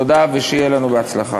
תודה, ושיהיה לנו בהצלחה.